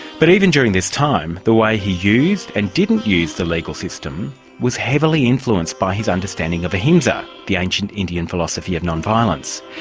but even during this time, the way he used and didn't use the legal system was heavily influenced by his understanding of ahimsa, the ancient indian philosophy of non-violence.